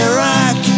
Iraq